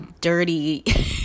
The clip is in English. dirty